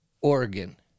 Oregon